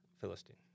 Philistine